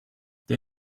der